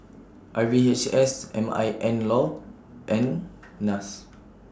R V H S M I N law and Nas